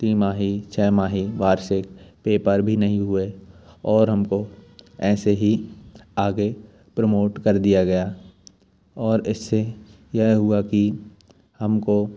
तिमाही छमाही वार्षिक पेपर भी नहीं हुए और हमको ऐसे ही आगे परमोट कर दिया गया और इससे यह हुआ कि हमको